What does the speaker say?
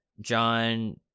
John